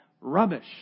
rubbish